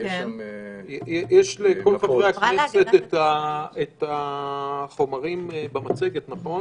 יש לכל חברי הכנסת את החומרים במצגת, נכון?